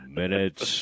minutes